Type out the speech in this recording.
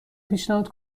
پیشنهاد